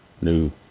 new